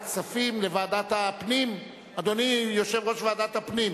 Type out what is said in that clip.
הנחה בארנונה להורה לחייל בשירות סדיר המתגורר אצלו),